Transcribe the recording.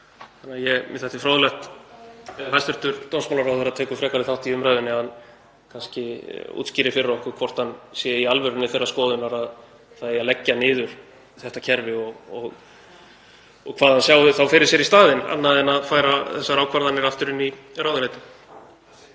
Þannig að mér þætti fróðlegt ef hæstv. dómsmálaráðherra tekur frekari þátt í umræðunni að hann kannski útskýri fyrir okkur hvort hann sé í alvörunni þeirrar skoðunar að það eigi að leggja niður þetta kerfi og hvað hann sjái þá fyrir sér í staðinn, annað en að færa þessar ákvarðanir aftur inn í ráðuneytið.